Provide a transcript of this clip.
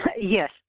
Yes